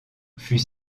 fut